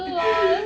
L_O_L